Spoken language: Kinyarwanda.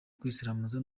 kwisiramuza